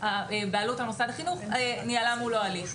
והבעלות על מוסד החינוך ניהלה מולו הליך.